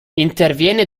interviene